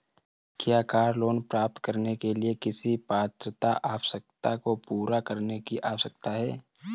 क्या car loan प्राप्त करने के लिए किसी पात्रता आवश्यकता को पूरा करने की आवश्यकता है?